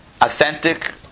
authentic